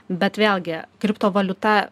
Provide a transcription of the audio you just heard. bet vėlgi kriptovaliuta